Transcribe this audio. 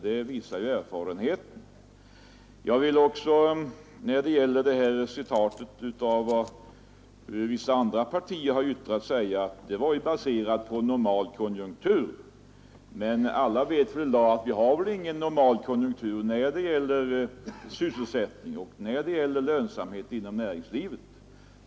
Det visar erfarenheten. När det gäller citat av vad vissa andra partier yttrat vill jag säga att det yttrandet herr Brandt åberopade var baserat på en normalkonjunktur. Men vi vet väl alla i dag att vi inte har normal konjunktur när det gäller sysselsättning och när det gäller lönsamhet inom näringslivet.